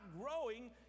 growing